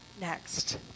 next